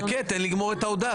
חכה, תן לגמור את ההודעה.